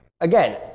again